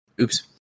Oops